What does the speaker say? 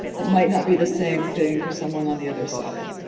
it might not be the same thing for someone on the other side,